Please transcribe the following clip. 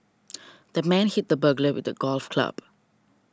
the man hit the burglar with a golf club